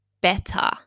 better